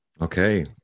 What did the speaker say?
Okay